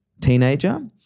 teenager